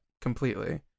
completely